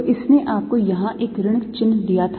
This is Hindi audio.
तो इसने आपको यहां एक ऋण चिह्न दिया था